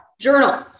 journal